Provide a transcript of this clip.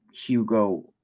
Hugo